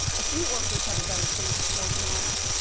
a few workers have a better chance to organize,